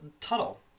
Tuttle